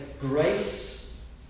grace